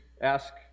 ask